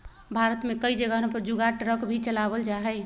भारत में कई जगहवन पर जुगाड़ ट्रक भी चलावल जाहई